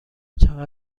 چقدر